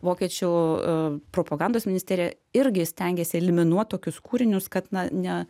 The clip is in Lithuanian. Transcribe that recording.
vokiečių propagandos ministerija irgi stengėsi eliminuot tokius kūrinius kad na ne